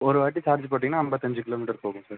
ஒரு வாட்டி சார்ஜு போட்டிங்கனா ஐம்பத்தஞ்சி கிலோமீட்டர் போகும் சார்